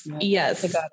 yes